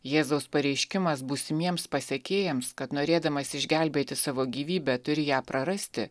jėzaus pareiškimas būsimiems pasekėjams kad norėdamas išgelbėti savo gyvybę turi ją prarasti